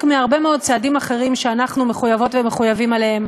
מהרבה מאוד צעדים אחרים שאנחנו מחויבות ומחויבים להם,